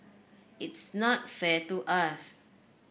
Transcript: it's not fair to us